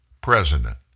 president